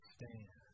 Stand